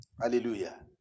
Hallelujah